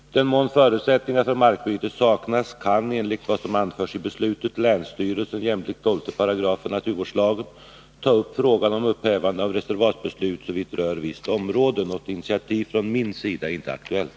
I den mån förutsättningar för markbyte saknas kan, enligt vad som anförs i beslutet, länsstyrelsen jämlikt 12 § naturvårdslagen ta upp frågan om upphävande av reservatsbeslutet såvitt rör visst område. Något initiativ från min sida är inte aktuellt.